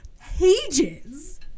pages